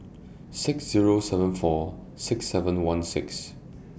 six Zero seven four six seven one six